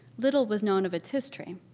little was known of its history.